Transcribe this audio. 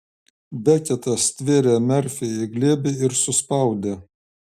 beketas stvėrė merfį į glėbį ir suspaudė